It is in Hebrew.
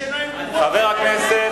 אנחנו שילמנו מה הכנסה,